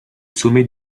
sommet